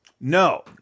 No